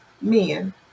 men